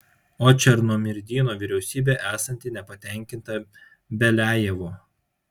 o černomyrdino vyriausybė esanti nepatenkinta beliajevu